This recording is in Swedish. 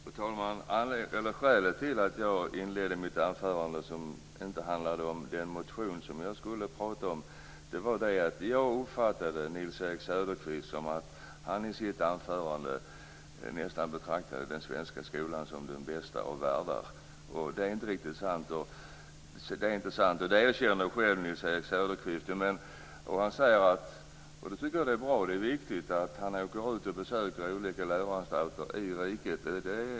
Fru talman! Skälet till att jag inledde mitt anförande med något som inte handlade om den motion som jag skulle prata om, var att jag uppfattade det som att Nils-Erik Söderqvist i sitt anförande nästan betraktade den svenska skolan som den bästa av alla världar. Och det är inte riktigt sant. Det erkänner ju Nils-Erik Söderqvist själv. Han säger - och det tycker jag är bra och riktigt - att han åker ut och besöker olika läroanstalter i riket.